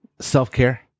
self-care